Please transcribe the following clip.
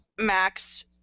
Max